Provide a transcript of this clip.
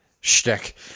Shtick